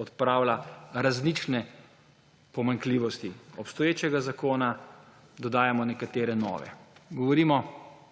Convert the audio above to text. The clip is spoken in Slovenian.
odpravlja različne pomanjkljivosti obstoječega zakona, dodajamo nekatere nove. Govorimo o